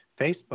Facebook